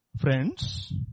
Friends